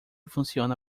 funciona